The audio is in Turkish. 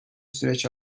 süreç